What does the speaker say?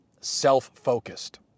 self-focused